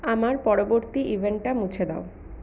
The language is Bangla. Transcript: আমার পরবর্তী ইভেন্টটা মুছে দাও